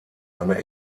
eine